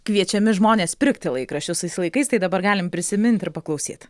kviečiami žmonės pirkti laikraščius tais laikais tai dabar galim prisimint ir paklausyt